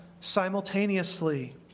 simultaneously